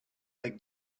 like